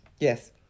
Yes